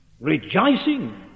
rejoicing